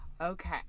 Okay